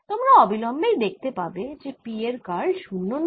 তোমরা অবিলম্বে দেখতে পাবে যে P এর কার্ল 0 নয়